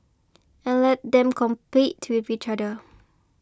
and let them compete with each other